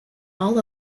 all